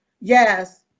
Yes